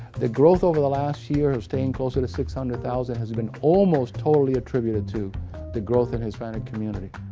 the growth over the last year of staying closer to six hundred thousand has been almost totally attributed to the growth in hispanic community.